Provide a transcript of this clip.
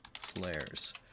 flares